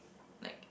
like